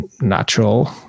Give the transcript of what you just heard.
natural